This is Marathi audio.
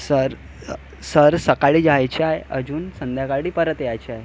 सर सर सकाळी जायचं आहे अजून संध्याकाळी परत यायचं आहे